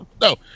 No